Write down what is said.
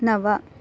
नव